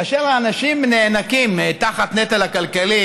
כאשר האנשים נאנקים תחת הנטל הכלכלי,